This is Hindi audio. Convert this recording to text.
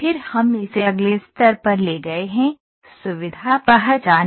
फिर हम इसे अगले स्तर पर ले गए हैं सुविधा पहचान